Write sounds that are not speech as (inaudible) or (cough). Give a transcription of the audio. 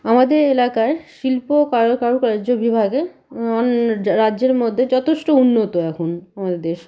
আমাদের এলাকার শিল্প কারু কারুকার্য বিভাগে (unintelligible) রাজ্যের মধ্যে যথেষ্ট উন্নত এখন আমার দেশ